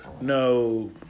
no